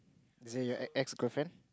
is it your ex ex girlfriend